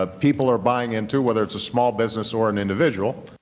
ah people are buying into, whether it's a small business or an individual,